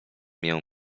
mię